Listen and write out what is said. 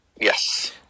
Yes